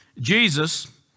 Jesus